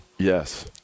Yes